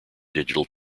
digital